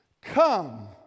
Come